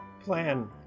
plan